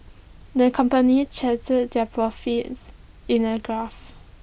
the company charted their profits in A graph